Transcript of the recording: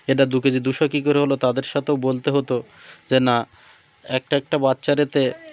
এটা দু কেজি দুশো কী করে হলো তাদের সাথেও বলতে হতো যে না একটা একটা বাচ্চার এতে